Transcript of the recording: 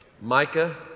Micah